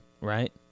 right